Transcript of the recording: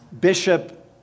Bishop